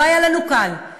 לא היה לנו קל,